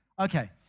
Okay